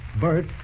Bert